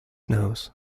knows